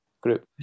group